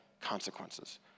consequences